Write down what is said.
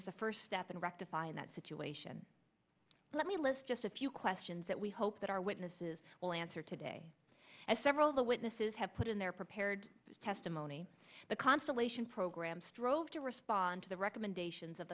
is the first step in rectifying that situation let me list just a few questions that we hope that our witnesses will answer today as several of the witnesses have put in their prepared testimony the constellation program strove to respond to the recommendations of